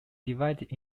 divided